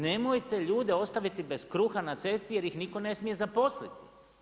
Nemojte ljude ostaviti bez kruha na cesti jer ih nitko ne smije zaposliti.